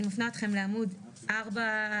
אני מפנה אתכם לעמוד פסקה (ב) בעמוד 3,